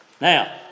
Now